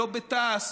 לא בתע"ש,